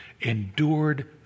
endured